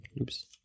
Oops